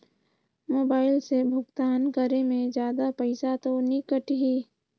Mobile से भुगतान करे मे जादा पईसा तो नि कटही?